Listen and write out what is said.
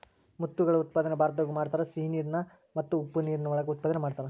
ಮುತ್ತುಗಳ ಉತ್ಪಾದನೆ ಭಾರತದಾಗು ಮಾಡತಾರ, ಸಿಹಿ ನೇರ ಮತ್ತ ಉಪ್ಪ ನೇರ ಒಳಗ ಉತ್ಪಾದನೆ ಮಾಡತಾರ